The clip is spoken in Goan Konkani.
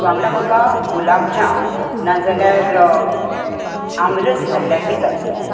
वांगडा म्हाका गुलाबजाम नाजाल्यार आमरस धाडल्यार बी जातलो